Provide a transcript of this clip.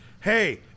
hey